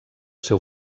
seu